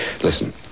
Listen